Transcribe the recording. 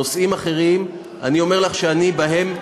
נושאים אחרים, אני אומר לך שאני בהם,